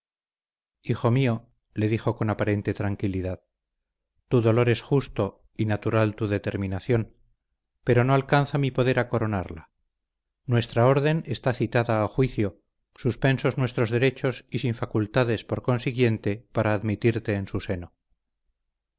hijo mío le dijo con aparente tranquilidad tu dolor es justo y natural tu determinación pero no alcanza mi poder a coronarla nuestra orden está citada a juicio suspensos nuestros derechos y sin facultades por consiguiente para admitirte en su seno